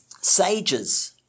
sages